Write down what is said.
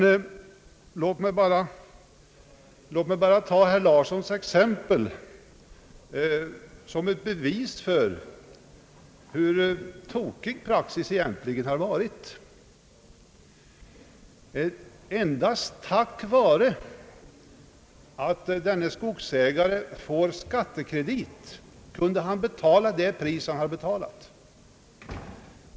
Låt mig ta herr Larssons exempel som ett bevis för hur tokig praxis egentligen har varit. Endast tack vare att skogsägaren som nämndes i exemplet får skattekredit kan han genomföra affären i fråga.